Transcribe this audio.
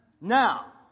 Now